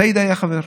סעיד היה חבר.